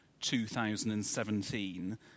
2017